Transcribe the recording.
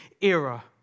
era